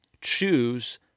choose